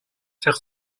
faire